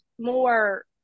more